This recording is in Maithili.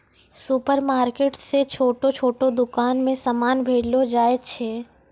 सुपरमार्केट से छोटो छोटो दुकान मे समान भेजलो जाय छै